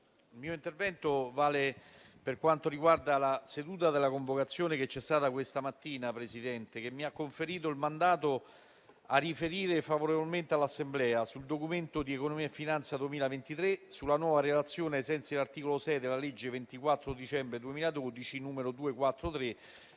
Il mio intervento riguarda la seduta di Commissione che si è svolta questa mattina, che mi ha conferito il mandato a riferire favorevolmente all'Assemblea sul Documento di economia e finanza 2023, sulla Nuova Relazione, ai sensi dell'articolo 6 della legge 24 dicembre 2012, n. 243,